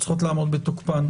צריכות לעמוד בתוקפן.